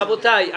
רבותיי,